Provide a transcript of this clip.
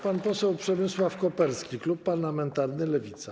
Pan poseł Przemysław Koperski, klub parlamentarny Lewica.